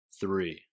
three